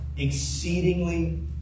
exceedingly